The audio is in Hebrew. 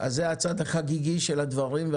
זה הצד החגיגי של הדברים,